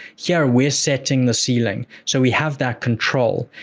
here, we're setting the ceiling. so, we have that control.